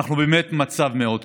אנחנו באמת במצב מאוד קשה,